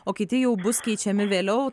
o kiti jau bus keičiami vėliau